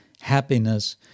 happiness